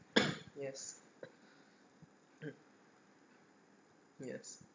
yes yes